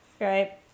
Right